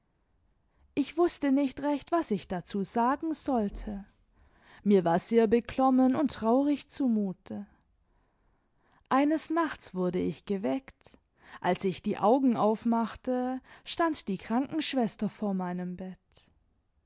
ich wußte nicht recht was ich dazu sagen sollte mir war sehr beklommen imd traurig zumute eines nachts wurde ich geweckt als ich die augen aufmachte stand die krankenschwester vor meinem bett